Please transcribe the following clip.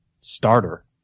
starter